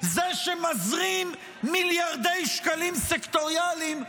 זה שמזרים מיליארדי שקלים סקטוריאליים,